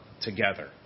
together